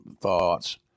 thoughts